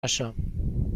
نشم